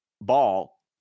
ball